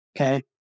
okay